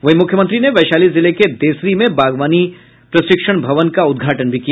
वहीं मुख्यमंत्री ने वैशाली जिले के देसरी में बागबानी प्रशिक्षण भवन का उद्घाटन किया